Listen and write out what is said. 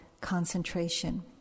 concentration